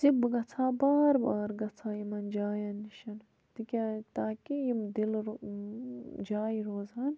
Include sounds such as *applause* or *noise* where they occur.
زِ بہٕ گَژھہٕ ہا بار بار گَژھہٕ ہا یِمَن جایَن نِش تِکیٛازِ تاکہِ یِم دِلہٕ *unintelligible* جایہِ روزٕ ہان